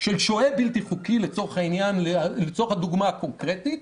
של שוהה בלתי חוקי, לצורך הדוגמה הקונקרטית,